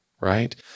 right